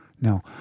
No